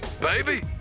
Baby